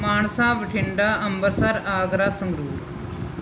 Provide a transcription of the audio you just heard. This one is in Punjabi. ਮਾਨਸਾ ਬਠਿੰਡਾ ਅੰਬਰਸਰ ਆਗਰਾ ਸੰਗਰੂਰ